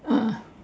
ah